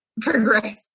progress